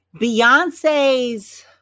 Beyonce's